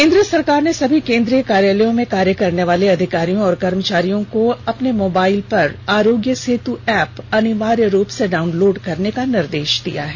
केन्द्र सरकार ने सभी केन्द्रीय कार्यालयों में कार्य करने वाले अधिकारियों और कर्मचारियों को अपने मोबाईल पर आरोग्य सेतु एप्प को अनिवार्य रूप से डाउनलोड करने का निर्देष दिया है